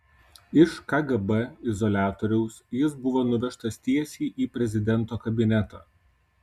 iš kgb izoliatoriaus jis buvo nuvežtas tiesiai į prezidento kabinetą